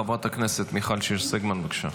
חברת הכנסת מיכל שיר סגמן, בבקשה.